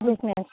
yes ma'am